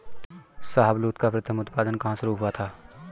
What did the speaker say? शाहबलूत का प्रथम उत्पादन कहां शुरू हुआ था?